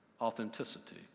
authenticity